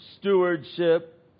stewardship